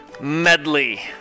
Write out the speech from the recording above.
medley